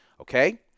Okay